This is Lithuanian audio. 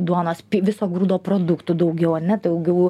duonos viso grūdo produktų daugiau ane daugiau